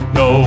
no